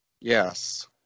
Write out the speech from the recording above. Yes